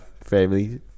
family